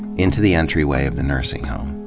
into the entryway of the nursing home.